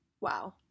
Wow